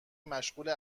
مشغول